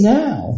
now